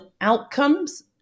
outcomes